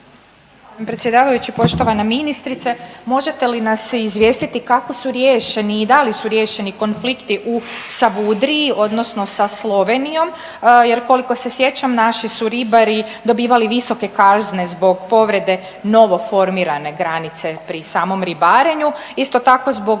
Predsjedavajući, poštovana ministrice, možete li nas izvijestiti kako su riješeni i da li su riješeni konflikti u Savudriji odnosno sa Slovenijom jer koliko se sjećam naši su ribari dobivali visoke kazne zbog povrede novoformirane granice pri samom ribarenju, isto tako zbog